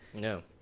no